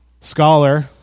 scholar